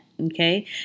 okay